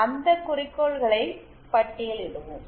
அந்த குறிக்கோள்களை பட்டியலிடுவோம்